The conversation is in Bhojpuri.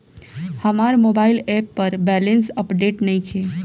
हमार मोबाइल ऐप पर बैलेंस अपडेट नइखे